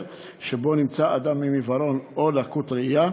שבו נמצא אדם עם עיוורון או לקות ראייה,